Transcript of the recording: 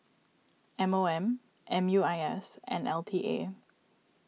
M O M M U I S and L T A